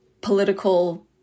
political